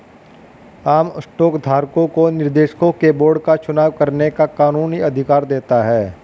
आम स्टॉक धारकों को निर्देशकों के बोर्ड का चुनाव करने का कानूनी अधिकार देता है